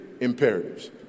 imperatives